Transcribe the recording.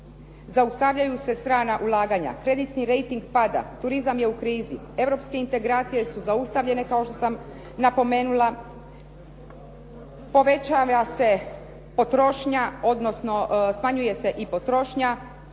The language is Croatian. zaustavljaju se strana ulaganja, kreditni rejting pada, turizam je u krizi, europske integracije su zaustavljene kao što sam napomenula, povećava se potrošnja odnosno smanjuje se i potrošnja